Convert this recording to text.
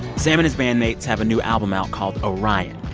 sam and his bandmates have a new album out called orion,